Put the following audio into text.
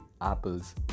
Apple's